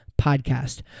Podcast